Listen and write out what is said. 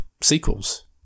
sequels